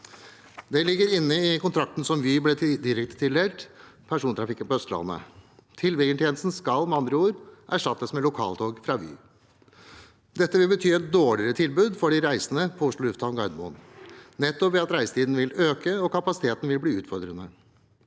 Det ligger inne i kontrakten som Vy ble direktetildelt for persontrafikken på Østlandet. Tilbringertjenesten skal med andre ord erstattes med lokaltog fra Vy. Dette vil bety et dårligere tilbud for de reisende til Oslo lufthavn Gardermoen ved at reisetiden vil øke og kapasiteten bli utfordrende.